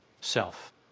self